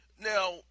Now